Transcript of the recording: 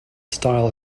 style